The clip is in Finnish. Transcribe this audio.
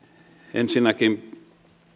ensinnäkin